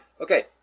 Okay